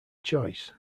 choice